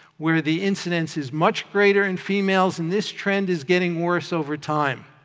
where the incidence is much greater in females, and this trend is getting worse over time.